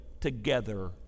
together